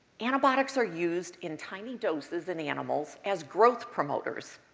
antibiotics are used in tiny doses in animals as growth promoters.